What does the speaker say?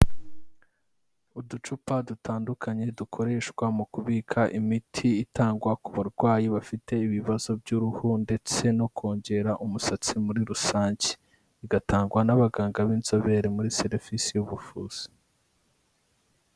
Uducupa dutandukanye dukoreshwa mu kubika imiti itangwa ku barwayi bafite ibibazo by'uruhu ndetse no kongera umusatsi muri rusange, bigatangwa n'abaganga b'inzobere muri serivisi y'ubuvuzi.